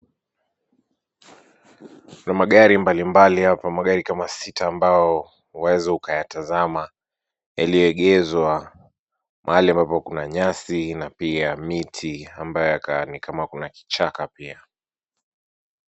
Kuna magari mbalimbali hapa, magari kama sita ambayo huweza ukayatazama, yaliyoegezwa mahali ambapo kuna nyasi na pia miti ambayo yakaa ni kama kuna kichaka pia.